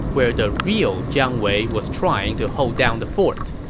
where the real jiang wei was trying to hold down the fort.